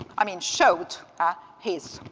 i mean, showed ah his